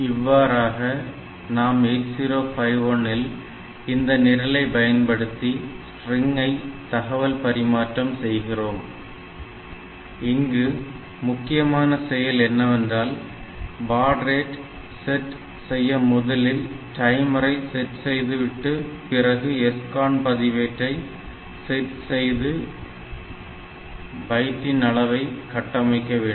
இவ்வாறாக நாம் 8051 இல் இந்த நிரலை பயன்படுத்தி ஸ்ட்ரிங்கை தகவல் பரிமாற்றம் செய்கிறோம் இங்கு முக்கியமான செயல் என்னவென்றால் பாட் ரேட் செட் செய்ய முதலில் டைமர் ஐ செட் செய்து விட்டு பிறகு SCON பதிவேட்டை செட் செய்து பைட்டின் அளவை கட்டமைக்க வேண்டும்